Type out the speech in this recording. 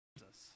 Jesus